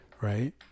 right